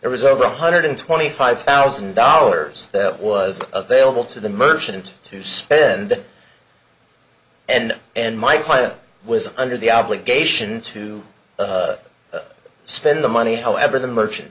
there was over one hundred twenty five thousand dollars that was available to the merchant to spend and and my client was under the obligation to spend the money however the merchant